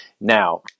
Now